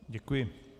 Děkuji.